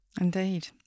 Indeed